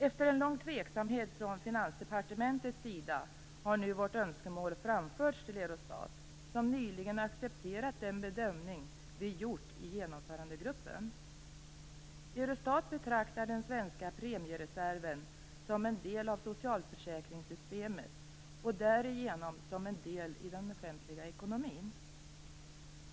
Efter en lång tveksamhet från Finansdepartementets sida har nu vårt önskemål framförts till Eurostat, som nyligen har accepterat den bedömning som vi har gjort i genomförandegruppen. Eurostat betraktar den svenska premiereserven som en del av socialförsäkringssystemet och därigenom som en del av den offentliga ekonomin.